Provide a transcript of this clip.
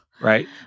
Right